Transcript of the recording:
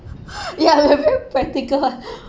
ya we're very very practical ah